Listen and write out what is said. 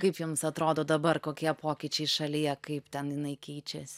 kaip jums atrodo dabar kokie pokyčiai šalyje kaip ten jinai keičiasi